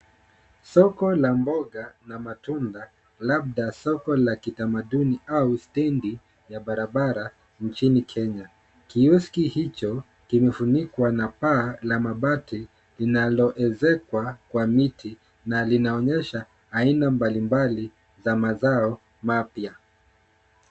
Soko la mboga na matunda, labda soko la kitamaduni au stendi ya barabara nchini Kenya. Kiosk hicho kimefunikwa na paa la mabati inaloezekwa kwa miti na linaonyesha aina mbalimbali za mazao mapya.